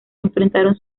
enfrentaron